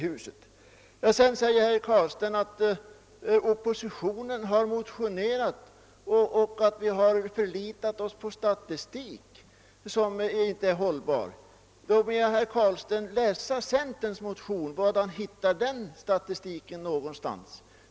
Herr Carlstein säger att oppositionen i sina motioner har förlitat sig på statistik som inte är hållbar. Då ber jag herr Carlstein att läsa centerns motion och tala om var han hittar en sådan statistik.